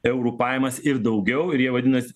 eurų pajamas ir daugiau ir jie vadinas